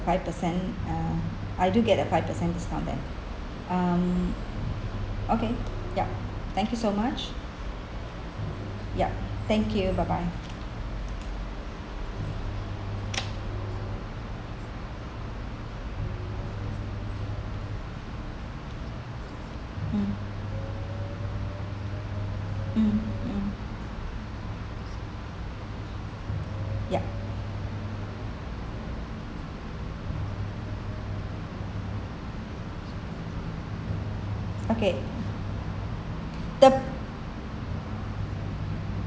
five percent uh I do get a five percent discount then um okay yup thank you so much yup thank you bye bye mm mm mm yup okay the